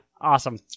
awesome